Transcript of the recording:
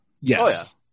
Yes